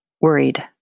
worried